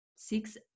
six